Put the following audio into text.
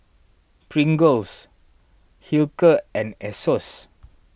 Pringles Hilker and Asos